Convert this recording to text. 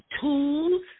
tools